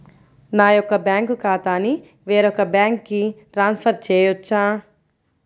నా బ్యాంక్ ఖాతాని వేరొక బ్యాంక్కి ట్రాన్స్ఫర్ చేయొచ్చా?